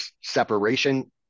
separation